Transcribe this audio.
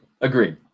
Agreed